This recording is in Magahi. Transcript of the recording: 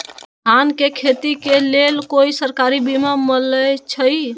धान के खेती के लेल कोइ सरकारी बीमा मलैछई?